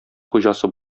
хуҗасы